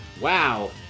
Wow